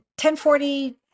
1040